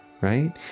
right